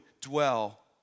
dwell